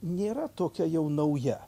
nėra tokia jau nauja